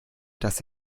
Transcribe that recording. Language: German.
dass